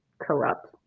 corrupt